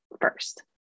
first